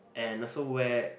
and also where